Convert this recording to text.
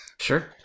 Sure